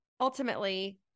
ultimately